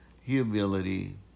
humility